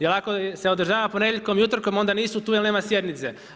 Jer ako se održava ponedjeljkom i utorkom, onda nisu tu jer nema sjednice.